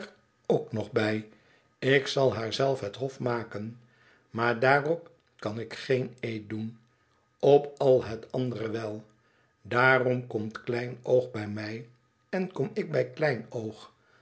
ook nog bij t ik zal haar zelf het hof maken maar daarop kan ik geen eed doen op al het andere wel daarom komt kleinoog bij mij en kom ik bij kleinoog